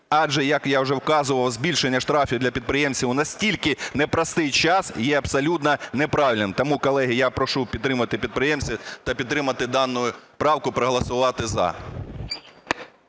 Адже, як я вже вказував, збільшення штрафів для підприємців в настільки непростий час є абсолютно неправильним. Тому, колеги, я прошу підтримати підприємців та підтримати дану правку, проголосувати "за".